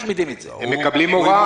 הם מקבלים הוראה.